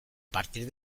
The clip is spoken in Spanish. partir